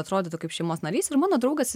atrodytų kaip šeimos narys ir mano draugas